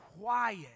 quiet